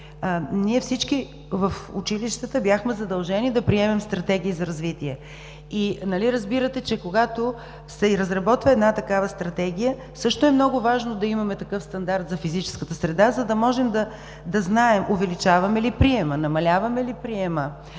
Всички в училищата бяхме задължени да приемем стратегии за развитие. Нали разбирате, че когато се разработва една такава стратегия, също е много важно да имаме такъв стандарт за физическата среда, за да може да знаем увеличаваме ли приема, намаляваме ли приема,